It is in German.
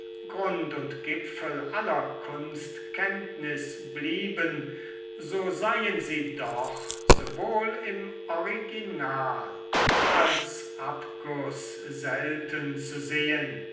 grund und gipfel aller kunstkenntnis blieben so seien sie doch sowohl im original als abguß selten zu sehen